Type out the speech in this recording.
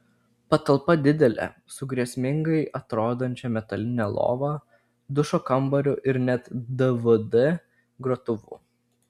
patalpa didelė su grėsmingai atrodančia metaline lova dušo kambariu ir net dvd grotuvu